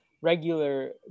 regular